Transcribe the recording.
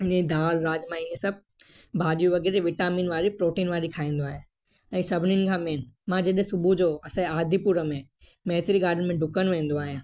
ईअं दालि राजमा ईअं सभु भाॼियूं वग़ैरह विटामिन वारी प्रोटीन वारी खाईंदो आहियां ऐं सभिनीनि खां मेन मां जॾहिं सुबुह जो असांजे आदिपुर में मैत्री गार्डन में ॾुकण वेंदो आहियां